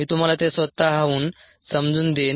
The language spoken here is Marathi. मी तुम्हाला ते स्वतःहून समजू देईन